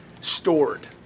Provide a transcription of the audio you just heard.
stored